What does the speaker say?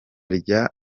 rya